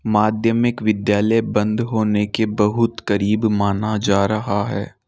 माध्यमिक विद्यालय बंद होने के बहुत करीब माना जा रहा है